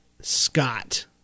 Scott